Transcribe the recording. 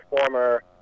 former